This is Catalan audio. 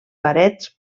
parets